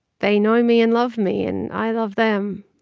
they know me and love me. and i love them.